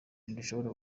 rishobora